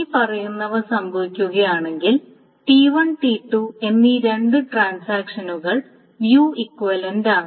ഇനിപ്പറയുന്നവ സംഭവിക്കുകയാണെങ്കിൽ T1 T2 എന്നീ രണ്ട് ട്രാൻസാക്ഷനുകൾ വ്യൂ ഇക്വിവലൻററാണ്